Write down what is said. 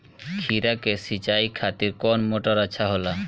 खीरा के सिचाई खातिर कौन मोटर अच्छा होला?